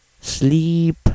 sleep